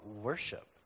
worship